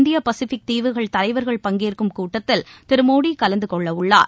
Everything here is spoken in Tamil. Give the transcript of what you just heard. இந்திய பசிபிக் தீவுகள் தலைவர்கள் பங்கேற்கும் கூட்டத்தில் திரு மோடி கலந்து கொள்ளவுள்ளார்